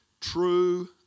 true